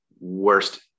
worst